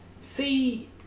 See